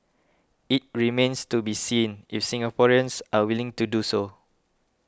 it remains to be seen if Singaporeans are willing to do so